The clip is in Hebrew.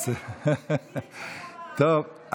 תתפלא.